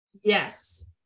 Yes